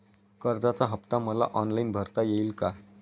कर्जाचा हफ्ता मला ऑनलाईन भरता येईल का?